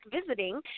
visiting